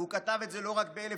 והוא כתב את זה לא רק ב-1906,